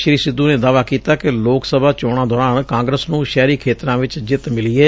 ਸ੍ਰੀ ਸਿੱਧੂ ਨੇ ਦਾਅਵਾ ਕੀਤਾ ਕਿ ਲੋਕ ਸਭਾ ਚੋਣਾ ਦੌਰਾਨ ਕਾਂਗਰਸ ਨੁੰ ਸ਼ਹਿਰੀ ਖੇਤਰਾਂ ਚ ਜਿੱਤ ਮਿਲੀ ਏ